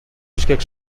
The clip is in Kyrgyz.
бишкек